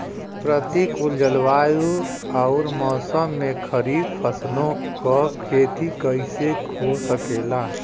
प्रतिकूल जलवायु अउर मौसम में खरीफ फसलों क खेती कइसे हो सकेला?